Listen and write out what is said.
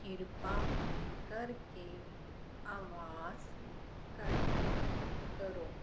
ਕਿਰਪਾ ਕਰਕੇ ਆਵਾਜ਼ ਘੱਟ ਕਰੋ